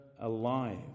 alive